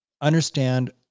understand